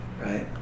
Right